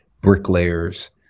bricklayers